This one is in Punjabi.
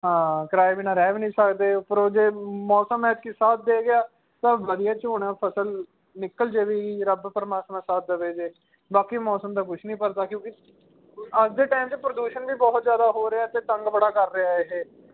ਹਾਂ ਕਿਰਾਏ ਬਿਨਾਂ ਰਹਿ ਵੀ ਨਹੀਂ ਸਕਦੇ ਉੱਪਰੋਂ ਜੇ ਮੌਸਮ ਐਤਕੀਂ ਸਾਥ ਦੇ ਗਿਆ ਤਾਂ ਵਧੀਆ ਝੋਨਾ ਫ਼ਸਲ ਨਿਕਲ ਜਾਵੇਗੀ ਰੱਬ ਪਰਮਾਤਮਾ ਸਾਥ ਦੇਵੇ ਜੇ ਬਾਕੀ ਮੌਸਮ ਦਾ ਕੁਛ ਨਹੀਂ ਪਤਾ ਕਿਉਂਕਿ ਅੱਜ ਦੇ ਟਾਈਮ 'ਚ ਪ੍ਰਦੂਸ਼ਣ ਵੀ ਬਹੁਤ ਜ਼ਿਆਦਾ ਹੋ ਰਿਹਾ ਅਤੇ ਤੰਗ ਬੜਾ ਕਰ ਰਿਹਾ ਇਹ